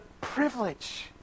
privilege